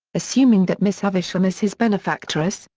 assuming that miss havisham is his benefactress,